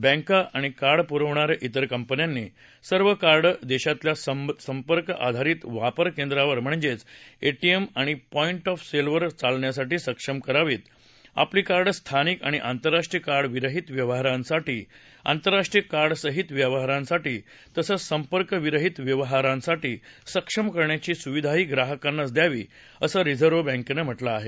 बँका आणि कार्ड पुरवणाऱ्या विर कंपन्यांनी सर्व कार्ड देशातल्या संपर्क आधारित वापर केंद्रांवर म्हणजेच एटीएम आणि पाँध्वे ऑफ सेलवर चालण्यासाठी सक्षम करावित आणि आपली कार्ड स्थानिक आणि आंतरराष्ट्रीय कार्ड विरहित व्यवहारासाठी आंतरराष्ट्रीय कार्ड सहित व्यवहारासाठी तसंच संपर्क विरहित व्यवहारासाठी सक्षम करण्याची सुविधाही ग्राहकांनाच द्यावी असं रिझर्व्ह बँकेनं म्हटलं आहे